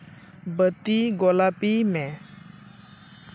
ᱵᱟᱹᱛᱤ ᱜᱳᱞᱟᱯᱤᱭ ᱢᱮ